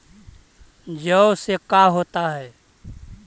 जौ से का होता है?